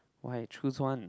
why choose one